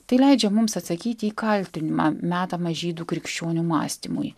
tai leidžia mums atsakyti į kaltinimą metamą žydų krikščionių mąstymui